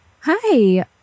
Hi